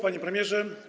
Panie Premierze!